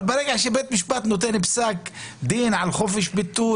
אבל ברגע שבית משפט נותן פסק דין על חופש ביטוי